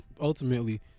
ultimately